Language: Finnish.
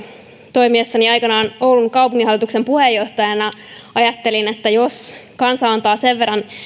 toimiessani aikanaan oulun kaupunginhallituksen puheenjohtajana ajattelin että jos kansa antaa sen verran